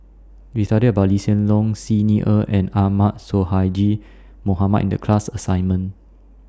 We studied about Lee Hsien Loong Xi Ni Er and Ahmad Sonhadji Mohamad in The class assignment